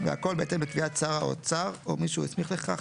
והכל בהתאם לקביעת שר האוצר או מי שהוא הסמיך לכך,